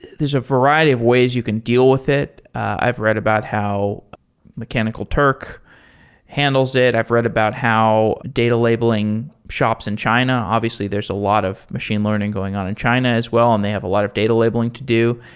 there's a variety of ways you can deal with it. i've read about how mechanical turk handles it. i've read about how data labeling labeling shops in china, obviously there's a lot of machine learning going on in china as well and they have a lot of data labeling to do.